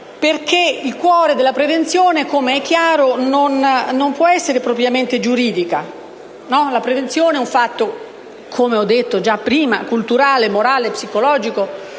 Il cuore della prevenzione, infatti, com'è chiaro, non può essere propriamente giuridico. La prevenzione è un fatto - come ho già detto prima - culturale, morale, psicologico,